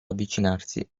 avvicinarsi